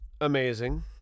amazing